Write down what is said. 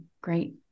Great